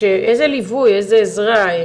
איזה ליווי, איזה עזרה?